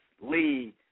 Lee